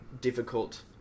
difficult